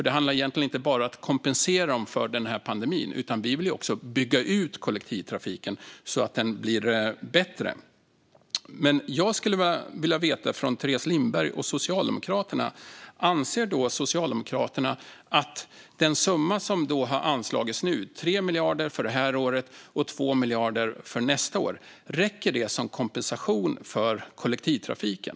Det handlar egentligen inte bara om att kompensera kollektivtrafiken för pandemin, utan vi vill också bygga ut den så att den blir bättre. Jag skulle vilja veta om Teres Lindberg och Socialdemokraterna anser att den summa som har anslagits nu, 3 miljarder för i år och 2 miljarder för nästa år, räcker som kompensation till kollektivtrafiken.